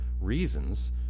reasons